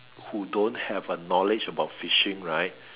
who don't have a knowledge about fishing right